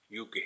UK